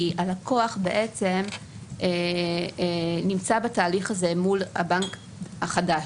כי הלקוח נמצא בתהליך הזה מול הבנק החדש.